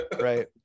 right